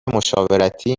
مشاورتی